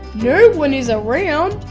no one is around